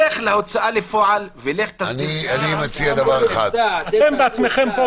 לך להוצאה לפועל -- אני מציע דבר אחד -- אתם בעצמכם פה,